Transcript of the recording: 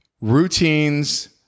Routines